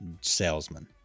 salesman